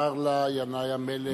אמר לה ינאי המלך.